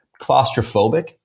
claustrophobic